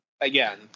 again